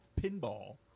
pinball